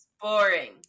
boring